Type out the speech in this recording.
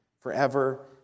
forever